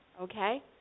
okay